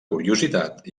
curiositat